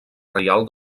reial